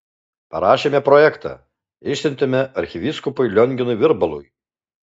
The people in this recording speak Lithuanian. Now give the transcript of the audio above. parašėme projektą išsiuntėme arkivyskupui lionginui virbalui